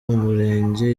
umurenge